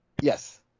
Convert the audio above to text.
Yes